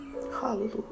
hallelujah